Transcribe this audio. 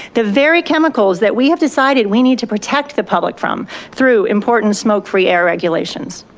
the very chemicals that we have decided we need to protect the public from through important smoke-free air regulations.